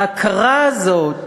ההכרה הזאת